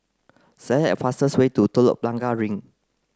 select the fastest way to Telok Blangah Green